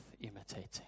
imitating